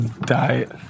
Diet